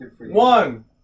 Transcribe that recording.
One